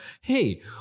hey